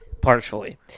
Partially